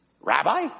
Rabbi